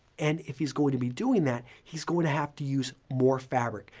and if he's going to be doing that, he's going to have to use more fabric.